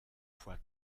fois